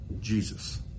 Jesus